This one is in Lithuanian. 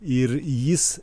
ir jis